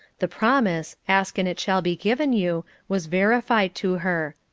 the promise, ask and it shall be given you, was verified to her.